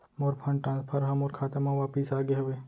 मोर fund transfer हा मोर खाता मा वापिस आ गे हवे